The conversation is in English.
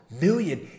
million